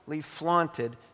flaunted